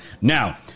Now